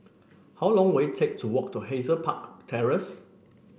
how long will it take to walk to Hazel Park Terrace